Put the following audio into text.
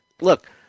look